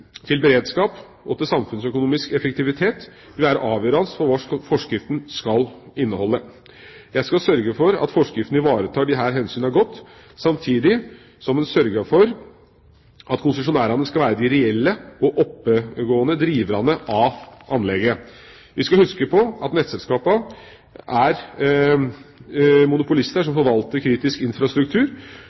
forsyningssikkerhet, beredskap og samfunnsøkonomisk effektivitet vil være avgjørende for hva forskriften skal inneholde. Jeg skal sørge for at forskriften ivaretar disse hensynene godt, samtidig som den sørger for at konsesjonærene skal være de reelle og oppegående driverne av anleggene. Vi skal huske på at nettselskapene er monopolister som forvalter kritisk infrastruktur.